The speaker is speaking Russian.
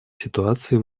ситуации